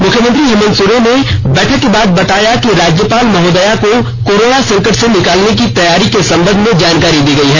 मुख्यमंत्री हेमंत सोरेन ने बैठक के बाद बताया कि राज्यपाल महोदया को कोरोना संकट से निकलने की तैयारी के संबंध में जानकारी दी गई है